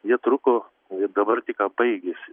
jie truko ir dabar tik ką baigėsi